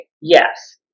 yes